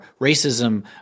racism